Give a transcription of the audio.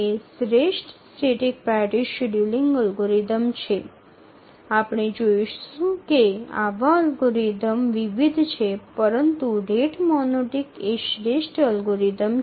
আমরা দেখতে পাব যে এই অ্যালগরিদমের বিভিন্ন ভাগ রয়েছে তবে রেট মনোটোনিক একটি অনুকূল অ্যালগরিদম